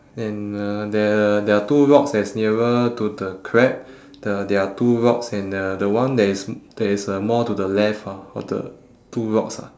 and uh there're there are two rocks that's nearer to the crab the there are two rocks and uh the one that is m~ that is uh more to the left ah of the two rocks ah